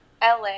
LA